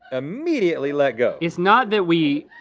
immediately let go. it's not that we,